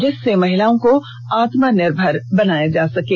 जिससे महिलाओं को आत्मनिर्भर बनाया जा सकें